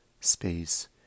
space